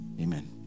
Amen